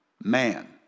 man